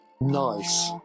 Nice